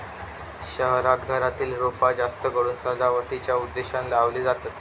शहरांत घरातली रोपा जास्तकरून सजावटीच्या उद्देशानं लावली जातत